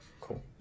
Cool